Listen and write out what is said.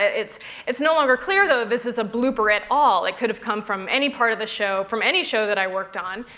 it's it's no longer clear, though, this is a blooper at all. it could have come from any part of the show, from any show that i worked on.